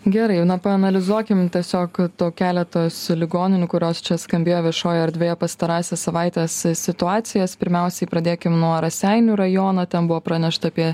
gerai na paanalizuokim tiesiog to keletos ligoninių kurios čia skambėjo viešoje erdvėje pastarąsias savaites situacijas pirmiausiai pradėkime nuo raseinių rajono ten buvo pranešta apie